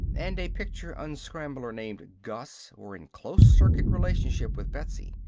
and a picture-unscrambler named gus were in closed-circuit relationship with betsy.